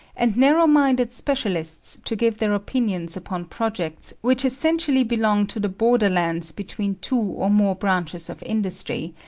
and narrow-minded specialists to give their opinions upon projects which essentially belong to the border lands between two or more branches of industry,